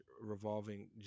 revolving